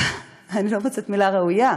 אני לא מוצאת מילה ראויה.